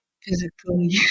physically